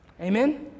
Amen